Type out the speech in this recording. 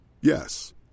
Yes